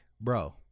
bro